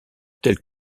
tel